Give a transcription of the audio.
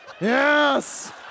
Yes